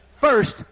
first